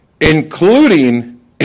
including